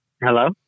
Hello